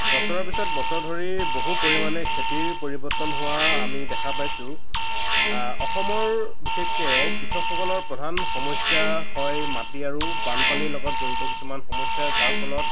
বছৰৰ পিছত বছৰ ধৰি বহু পৰিমাণে খেতিৰ পৰিৱৰ্তন হোৱা আমি দেখা পাইছোঁ অসমৰ বিশেষকৈ কৃষকসকলৰ প্ৰধান সমস্যা হয় মাটি আৰু বানপানীৰ লগত জড়িত কিছুমান সমস্যা যাৰ ফলত